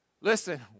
Listen